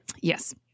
Yes